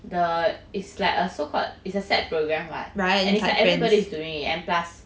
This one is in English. the is like err so called it's a set program what it's like everybody is doing and plus